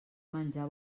menjar